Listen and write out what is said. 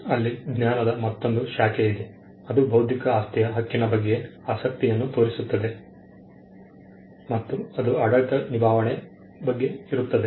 ಅಲ್ಲಿ ಜ್ಞಾನದ ಮತ್ತೊಂದು ಶಾಖೆ ಇದೆ ಅದು ಬೌದ್ಧಿಕ ಆಸ್ತಿಯ ಹಕ್ಕಿನ ಬಗ್ಗೆ ಆಸಕ್ತಿಯನ್ನು ತೋರಿಸುತ್ತದೆ ಮತ್ತು ಅದು ಆಡಳಿತ ನಿಭಾವಣೆ ಬಗ್ಗೆ ಇರುತ್ತದೆ